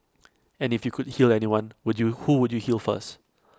and if you could heal anyone would you who would you heal first